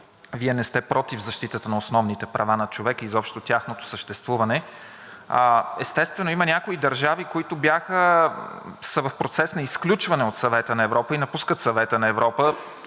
Вие не сте против защитата на основните права на човека, изобщо тяхното съществуване. Естествено, има някои държави, които са в процес на изключване от Съвета на Европа и напускат Съвета на Европа.